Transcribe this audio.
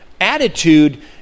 attitude